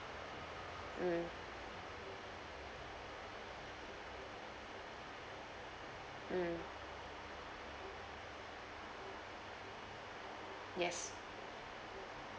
mm mm yes